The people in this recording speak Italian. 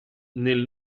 nel